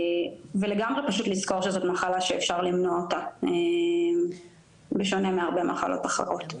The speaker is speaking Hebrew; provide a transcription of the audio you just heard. ולגמרי לזכור שזו מחלה שניתן למנוע אותה בשונה מהרבה מחלות אחרות.